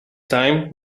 time